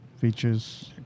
features